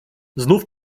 znów